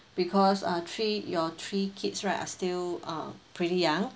because uh three your three kids right are still uh pretty young